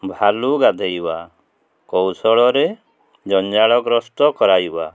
ଭାଲୁ ଗାଧୋଇବା କୌଶଳରେ ଜଞ୍ଜାଳଗ୍ରସ୍ତ କରାଇବା